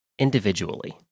individually